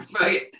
right